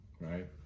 right